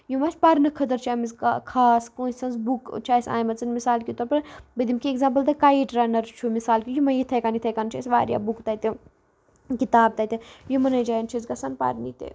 یِم اَسہِ پَرنہٕ خٲطرٕ چھِ أمِس خاص کٲنٛسہِ ہٕنٛز بُک چھِ اَسہِ انِمِژن مِثال کے طور پَر بہٕ دِم کٮ۪نٛہہ ایٚگزامپل دَ کایٹ رَنَر چھُ مِثال کہِ یِمے یِتھَے کنۍ یِتھَے کنۍ چھِ أسۍ واریاہ بُک تَتہِ تِم کِتاب تَتہِ یِمنٕے جایَن چھِ أسۍ گژھان پَرنہِ تہِ